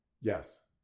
Yes